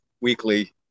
weekly